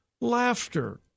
laughter